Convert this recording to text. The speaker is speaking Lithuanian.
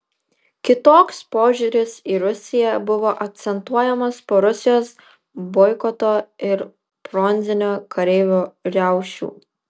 kitoks požiūris į rusiją buvo akcentuojamas po rusijos boikoto ir bronzinio kareivio riaušių